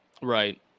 Right